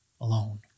alone